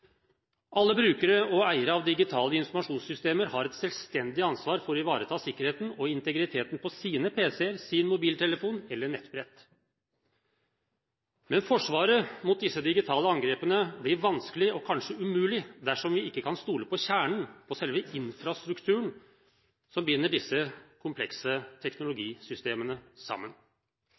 Alle brukere og eiere av digitale informasjonssystemer har et selvstendig ansvar for å ivareta sikkerheten og integriteten på sine pc-er, sin mobiltelefon eller sitt nettbrett. Men forsvaret mot disse digitale angrepene blir vanskelig og kanskje umulig dersom vi ikke kan stole på kjernen, selve infrastrukturen, som binder disse komplekse teknologisystemene sammen.